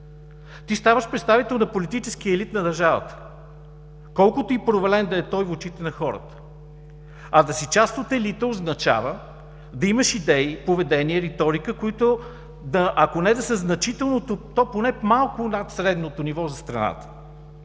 ти ставаш представител на политическия елит на държавата, колкото и провален да е той в очите на хората. А да си част от елита означава да имаш идеи, поведение, риторика, които, ако не да са значително, то поне малко над средното ниво за страната,